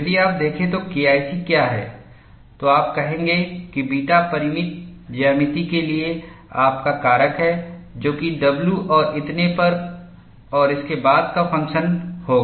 यदि आप देखें तो केआईसी क्या हैं तो आप कहेंगे कि बीटा परिमित ज्यामिति के लिए आपका कारक है जो कि w और इतने पर और इसके बाद का फ़ंक्शन होगा